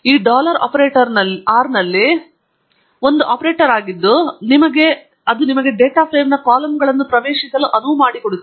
ಈ dollar operator ಆರ್ನಲ್ಲಿ ಒಂದು ಆಪರೇಟರ್ ಆಗಿದ್ದು ಅದು ನಿಮಗೆ ಡೇಟಾ ಫ್ರೇಮ್ನ ಕಾಲಮ್ಗಳನ್ನು ಪ್ರವೇಶಿಸಲು ಅನುವು ಮಾಡಿಕೊಡುತ್ತದೆ